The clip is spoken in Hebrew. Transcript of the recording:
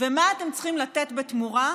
ומה אתם צריכים לתת בתמורה?